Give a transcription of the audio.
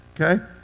Okay